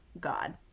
God